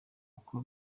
uko